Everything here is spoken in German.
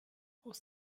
aus